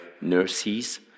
nurses